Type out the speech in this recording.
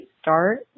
start